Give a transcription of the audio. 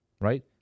right